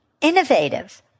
innovative